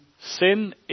sin